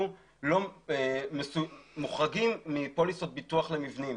מוחרג מפוליסות ביטוח מבנים.